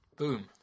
Boom